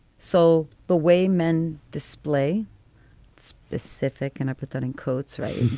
so the way men display specific and empathetic codes. right.